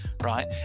Right